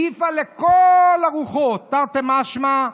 העיפה לכל הרוחות, תרתי משמע,